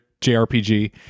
JRPG